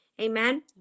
amen